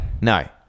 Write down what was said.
No